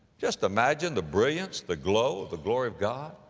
just imagine the brilliance, the glow of the glory of god,